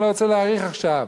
אני לא רוצה להאריך עכשיו.